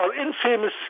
infamous